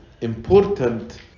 important